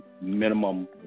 minimum